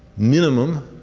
minimum